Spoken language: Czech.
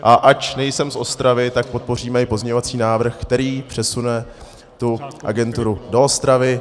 A ač nejsem z Ostravy, tak podpoříme i pozměňovací návrh, který přesune tu agenturu do Ostravy.